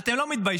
אתם לא מתביישים?